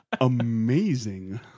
amazing